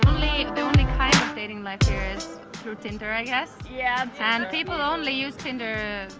only kind of dating life here is through tinder i guess yeah and people only use tinder